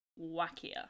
wackier